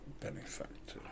Benefactor